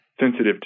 sensitive